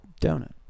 donut